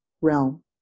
realm